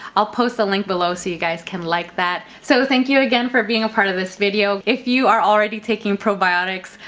i'll post the link below so you guys can like that. so thank you again for being a part of this video. if you are already taking probiotics,